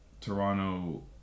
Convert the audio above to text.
Toronto